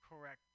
correct